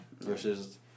versus